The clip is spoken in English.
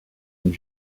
and